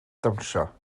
dawnsio